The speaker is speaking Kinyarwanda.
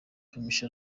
kamichi